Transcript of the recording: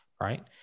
right